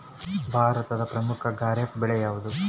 ಭಾರತದ ಪ್ರಮುಖ ಖಾರೇಫ್ ಬೆಳೆ ಯಾವುದು?